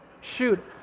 Shoot